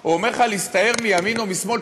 או אומר לך להסתער מימין או משמאל,